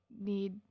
need